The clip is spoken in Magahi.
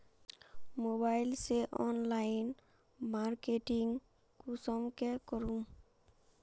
मोबाईल से ऑनलाइन मार्केटिंग कुंसम के करूम?